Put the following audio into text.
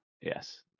Yes